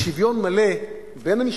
לשוויון מלא בין המשפחות,